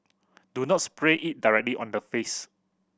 do not spray it directly on the face